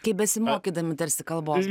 kaip besimokydami tarsi kalbos